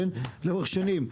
לאורך שנים,